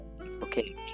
Okay